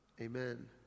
Amen